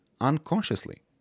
unconsciously